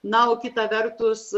na o kita vertus